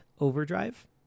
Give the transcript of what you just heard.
overdrive